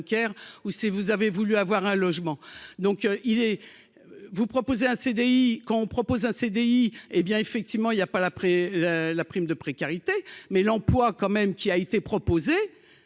ou si vous avez voulu avoir un logement, donc il est vous proposer un CDI quand on propose un CDI, hé bien effectivement, il y a pas après la prime de précarité, mais l'emploi quand même qui a été proposé,